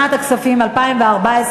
לשנת הכספים 2014,